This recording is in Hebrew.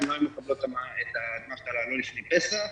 הן לא היו מקבלות את דמי האבטלה לפני פסח,